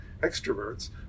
extroverts